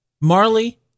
Marley